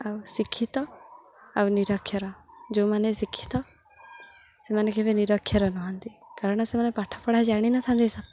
ଆଉ ଶିକ୍ଷିତ ଆଉ ନିରକ୍ଷର ଯେଉଁମାନେ ଶିକ୍ଷିତ ସେମାନେ କେବେ ନିରକ୍ଷର ନୁହନ୍ତି କାରଣ ସେମାନେ ପାଠପଢ଼ା ଜାଣିିନଥାନ୍ତି ସତ